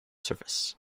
surface